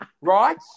Right